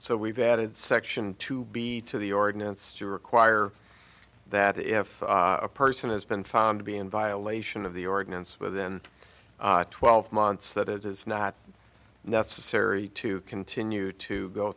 so we've added section two be to the ordinance to require that if a person has been found to be in violation of the ordinance within twelve months that it is not necessary to continue to go